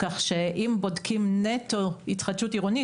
כך שאם בודקים נטו התחדשות עירונית,